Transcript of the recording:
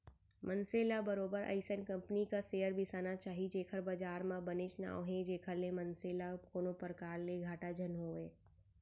मनसे ल बरोबर अइसन कंपनी क सेयर बिसाना चाही जेखर बजार म बनेच नांव हे जेखर ले मनसे ल कोनो परकार ले घाटा झन होवय